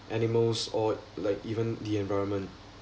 animals or like even the environment